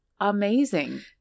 amazing